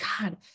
God